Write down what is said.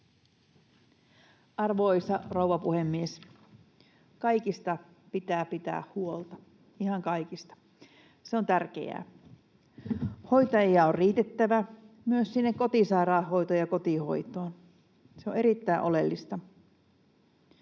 Arvoisa rouva puhemies! Kaikista pitää pitää huolta, ihan kaikista. Se on tärkeää. Hoitajia on riitettävä myös sinne kotisairaanhoitoon ja kotihoitoon. Se on erittäin oleellista.